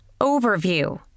Overview